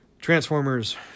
Transformers